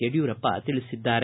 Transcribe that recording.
ಯಡಿಯೂರಪ್ಪ ತಿಳಿಸಿದ್ದಾರೆ